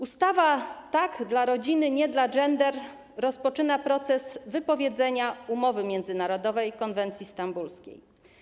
Ustawa „Tak dla rodziny, nie dla gender” rozpoczyna proces wypowiedzenia umowy międzynarodowej, konwencji stambulskiej.